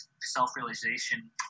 self-realization